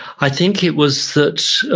i think it was that,